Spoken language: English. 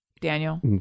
Daniel